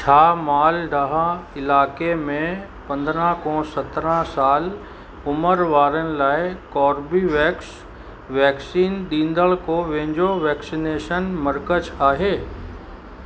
छा मालडाह इलाइक़े में पंद्रहं खां सत्रहं साल उमिरि वारनि लाइ कोर्बीवैक्स वैक्सीन ॾींदड़ु को वेंझो वैक्सीनेशन मर्कज़ आहे